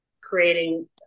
creating